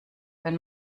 wenn